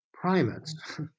primates